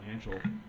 financial